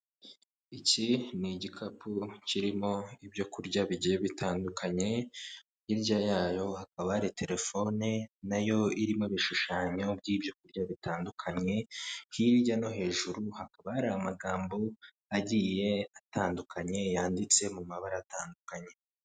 Iki ni igikapu kirimo ibyo kurya bigiye bitandukanye, hirya yayo hakaba hari telefone nayo irimo ibishushanyo by'ibyo kurya bitandukanye, hirya no hejuru hakaba hari amagambo agiye atandukanye yanditse mu mabara atandukanye.